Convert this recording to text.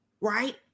Right